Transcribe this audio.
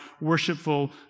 worshipful